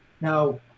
Now